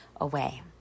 away